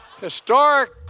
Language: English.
historic